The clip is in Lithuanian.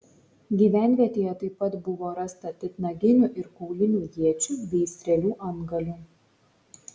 gyvenvietėje taip pat buvo rasta titnaginių ir kaulinių iečių bei strėlių antgalių